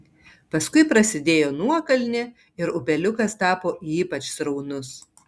paskui prasidėjo nuokalnė ir upeliukas tapo ypač sraunus